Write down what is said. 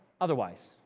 otherwise